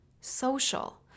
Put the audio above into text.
social